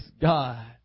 God